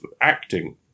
acting